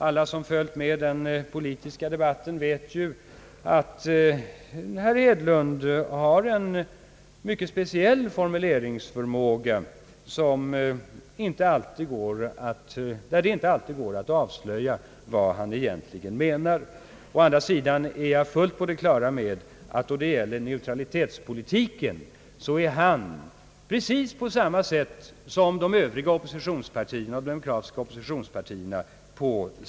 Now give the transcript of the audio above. Alla som följt med i den politiska debatten vet att herr Hedlund har en mycket speciell formuleringsförmåga, där det inte alltid går att avslöja vad han egentligen menar. Men jag är fullt på det klara med att han och hans parti, då det gäller neutralitetspolitiken är på samma linje som de övriga demokraiiska oppositionspartierna.